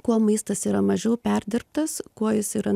kuo maistas yra mažiau perdirbtas kuo jis yra